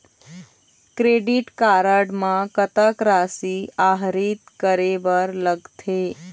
Credit card म कतक राशि आहरित करे बर लगथे?